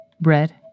bread